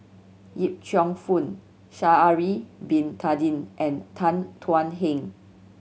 Yip Cheong Fun Sha'ari Bin Tadin and Tan Thuan Heng